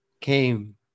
came